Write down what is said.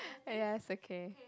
yes okay